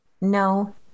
no